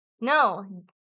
No